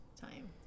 time